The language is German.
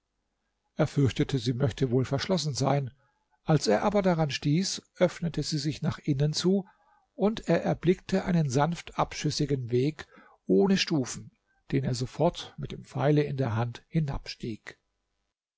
er fürchtete sie möchte wohl verschlossen sein als er aber daran stieß öffnete sie sich nach innen zu und er erblickte einen sanft abschüssigen weg ohne stufen den er sofort mit dem pfeile in der hand hinabstieg